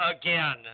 again